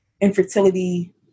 infertility